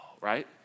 right